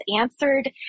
answered